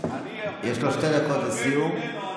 אני מתחזקת בדעותיי.